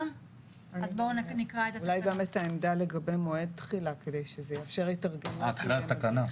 אולי גם את העמדה לגבי מועד תחילה כדי שזה יאפשר התארגנות למדריכים.